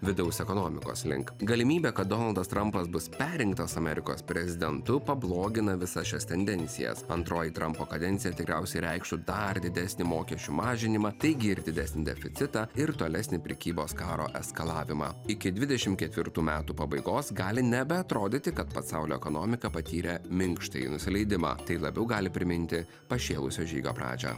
vidaus ekonomikos link galimybė kad donaldas trampas bus perrinktas amerikos prezidentu pablogina visas šias tendencijas antroji trampo kadencija tikriausiai reikštų dar didesnį mokesčių mažinimą taigi ir didesnį deficitą ir tolesnį prekybos karo eskalavimą iki dvidešim ketvirtų metų pabaigos gali nebeatrodyti kad pasaulio ekonomika patyrė minkštąjį nusileidimą tai labiau gali priminti pašėlusio žygio pradžią